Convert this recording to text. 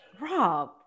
rob